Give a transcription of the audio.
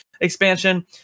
expansion